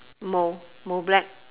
mou mou black